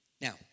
Now